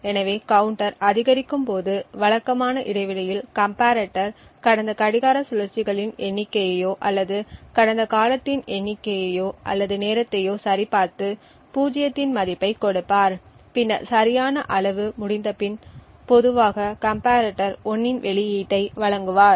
எனவே கவுண்டர் அதிகரிக்கும் போது வழக்கமான இடைவெளியில் கம்பரேட்டர் கடந்த கடிகார சுழற்சிகளின் எண்ணிக்கையையோ அல்லது கடந்த காலத்தின் எண்ணிக்கையையோ அல்லது நேரத்தையோ சரிபார்த்து பூஜ்ஜியத்தின் மதிப்பைக் கொடுப்பார் பின்னர் சரியான அளவு முடிந்தபின் பொதுவாக கம்பரேட்டர் 1 இன் வெளியீட்டை வழங்குவார்